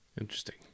Interesting